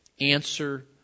Answer